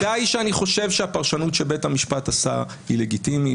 בוודאי שאני חושב שהפרשנות שבית המשפט עשה היא לגיטימית.